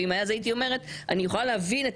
הייתי אומרת שאני יכולה להבין את